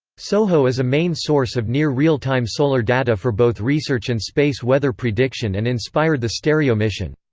soho is a main source of near-real time solar data for both research and space weather prediction and inspired the stereo mission.